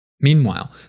Meanwhile